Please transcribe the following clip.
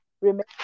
Remember